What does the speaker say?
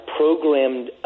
programmed